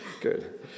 Good